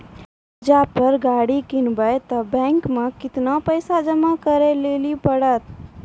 कर्जा पर गाड़ी किनबै तऽ बैंक मे केतना पैसा जमा करे लेली पड़त?